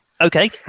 Okay